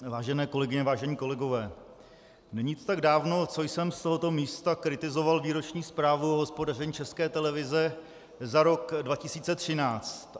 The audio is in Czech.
Vážené kolegyně, vážení kolegové, není to tak dávno, co jsem z tohoto místa kritizoval Výroční zprávu o hospodaření České televize za rok 2013.